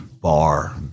bar